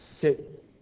sit